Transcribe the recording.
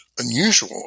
unusual